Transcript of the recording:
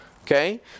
Okay